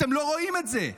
שאתם לא רואים את זה.